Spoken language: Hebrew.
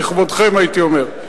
זה לכבודכם, הייתי אומר.